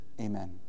Amen